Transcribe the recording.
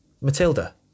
Matilda